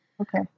Okay